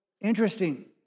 Interesting